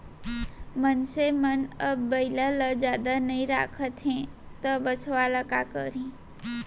मनसे मन अब बइला ल जादा नइ राखत हें त बछवा ल का करहीं